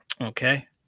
Okay